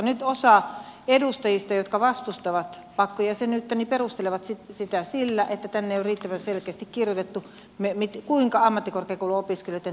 nyt osa edustajista jotka vastustavat pakkojäsenyyttä perustelevat sitä sillä että tänne ei ole riittävän selkeästi kirjoitettu kuinka ammattikorkeakouluopiskelijoitten terveydenhuolto tulisi järjestää